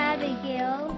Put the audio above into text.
Abigail